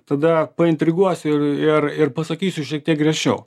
tada paintriguosiu ir ir ir pasakysiu šiek tiek griežčiau